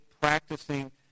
practicing